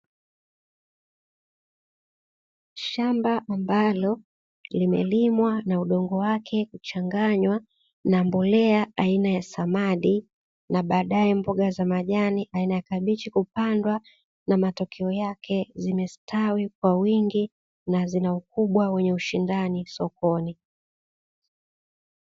Shamba ambalo limelimwa na udongo wake kuchanganywa na mbolea aina ya samadi na baadae mboga za majani aina ya kabichi kupandwa, na matokeo yake zimestawi kwa wingi na zina ukubwa wenye ushindani sokoni.